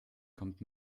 kommt